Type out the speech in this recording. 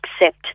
accept